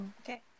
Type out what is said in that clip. okay